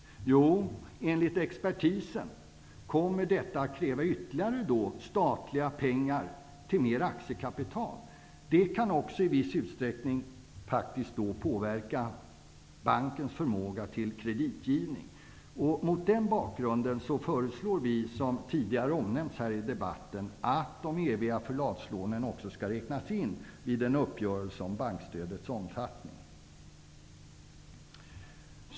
Jo, enligt expertisen kommer detta att i så fall kräva ytterligare statliga pengar till mer aktiekapital. Det kan också i viss utsträckning faktiskt påverka bankens förmåga till kreditgivning. Mot den bakgrunden föreslår vi, som tidigare omnämnts här i debatten, att de eviga förlagslånen också skall räknas in i uppgörelsen om bankstödets omfattning.